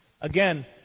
Again